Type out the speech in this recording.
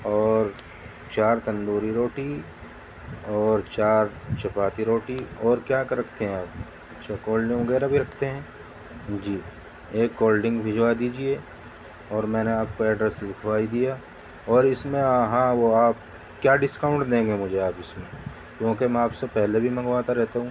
اور چار تندوری روٹی اور چار چپاتی روٹی اور کیا کر رکھتے ہیں آپ اچھا کول ڈنک وغیرہ بھی رکھتے ہیں جی ایک کول ڈنک بھجوا دیجیے اور میں نے آپ کو ایڈریس لکھوا ہی دیا اور اس میں آ ہاں وہ آپ کیا ڈسکاؤنٹ دیں گے مجھے آپ اس میں کیونکہ میں آپ سے پہلے بھی منگواتا رہتا ہوں